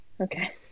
Okay